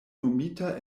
nomita